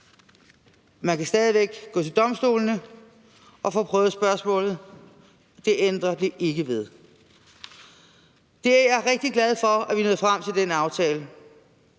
Man kan stadig væk gå til domstolene og få prøvet spørgsmålet; det ændrer det ikke ved. Jeg er rigtig glad for, at vi er nået frem til den aftale.